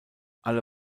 alle